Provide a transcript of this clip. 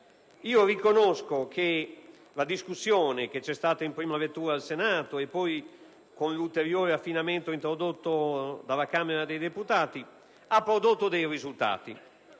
Riconosco che la discussione che c'è stata in prima lettura al Senato e poi l'ulteriore affinamento introdotto dalla Camera dei deputati hanno prodotto dei risultati